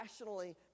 rationally